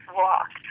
walk